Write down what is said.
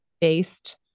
based